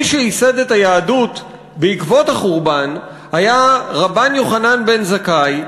מי שייסד את היהדות בעקבות החורבן היה רבן יוחנן בן זכאי,